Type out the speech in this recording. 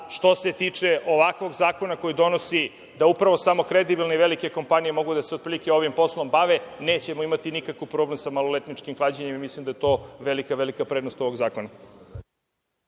što se tiče ovakvog zakona koji donosi da upravo samo kredibilne velike kompanije mogu da se otprilike ovim poslom bave, nećemo imati nikakav problem sa maloletničkim klađenjem i mislim da je to velika, velika prednost ovog zakona.